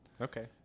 Okay